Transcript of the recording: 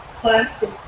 plastic